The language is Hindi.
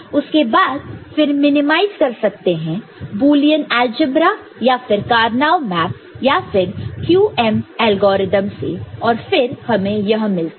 उसके बाद फिर मिनिमाइज कर सकते हैं बुलियन अलजेब्रा या फिर कार्नो मैप या फिर QM एल्गोरिथ्म से और फिर हमें यह मिलता है